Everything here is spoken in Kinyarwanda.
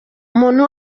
umuntu